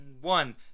one